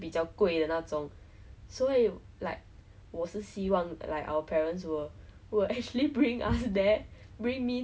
ya so is generally like that in hong kong let me walk around then I'm just like ya okay designer bags I guess that is something that I'm also not